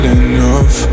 enough